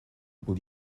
will